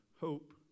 hope